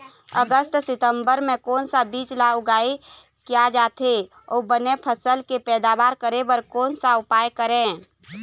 अगस्त सितंबर म कोन सा बीज ला उगाई किया जाथे, अऊ बने फसल के पैदावर करें बर कोन सा उपाय करें?